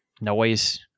noise